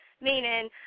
meaning